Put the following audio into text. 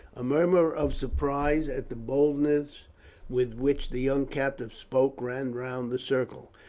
a murmur of surprise at the boldness with which the young captive spoke ran round the circle.